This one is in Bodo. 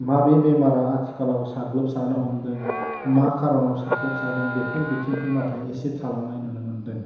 माबे बेमारा आथिखालाव साग्लोबलारनो हमदों मा खार'नाव साग्लोबसारदों बेफोर बिथिंखौ नाथाय एसे थालांनाय नुनो मोन्दों